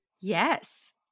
Yes